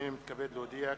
הנני מתכבד להודיע,